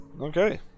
Okay